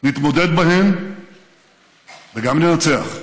נתמודד בהן וגם ננצח,